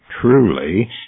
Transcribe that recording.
truly